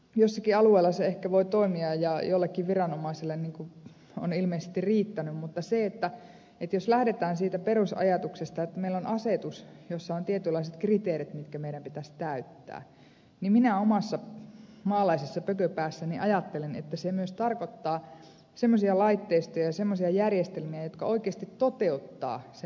jossakin alueella se ehkä voi toimia ja joillekin viranomaisille on ilmeisesti riittänyt mutta jos lähdetään siitä perusajatuksesta että meillä on asetus jossa on tietynlaiset kriteerit mitkä meidän pitäisi täyttää niin minä omassa maalaisessa pököpäässäni ajattelen että se myös tarkoittaa semmoisia laitteistoja ja semmoisia järjestelmiä jotka oikeasti toteuttavat sen ajatuksen